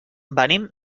venim